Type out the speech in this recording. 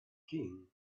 king